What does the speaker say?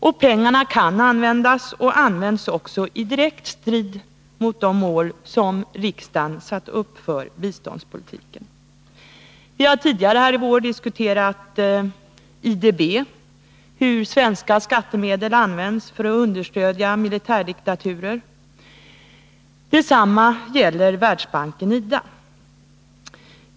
Och pengarna kan användas, och används också, i direkt strid mot de mål som riksdagen satt upp för biståndspolitiken. Vi har tidigare i vår diskuterat IDB och hur svenska skattemedel används för att understödja militärdiktaturer. Detsamma gäller Världsbanken IDA.